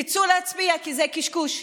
תצאו להצביע, כי זה קשקוש.